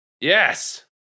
Yes